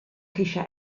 ceisio